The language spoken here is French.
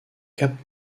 cap